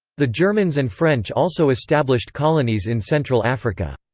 the germans and french also established colonies in central africa.